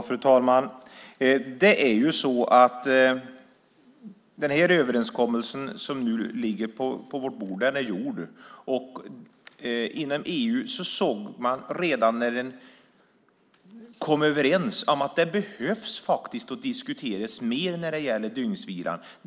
Fru talman! Den överenskommelse som nu ligger på vårt bord är gjord. Redan när man kom överens inom EU såg man att man behöver diskutera dygnsvilan.